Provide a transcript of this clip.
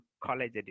college